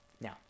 now